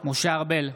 משה ארבל,